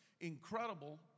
incredible